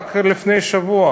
רק לפני שבוע